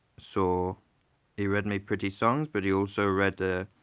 so he read me pretty songs, but he also read the